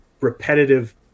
repetitive